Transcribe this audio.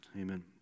Amen